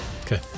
Okay